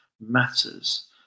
matters